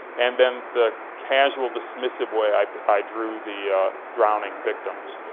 and then the casual dismissive way i i drew the drowning victims.